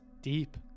Deep